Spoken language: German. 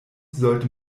sollte